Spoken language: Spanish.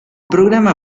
programa